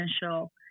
potential